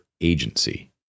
agency